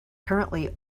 currently